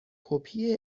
کپی